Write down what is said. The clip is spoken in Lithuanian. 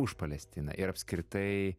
už palestiną ir apskritai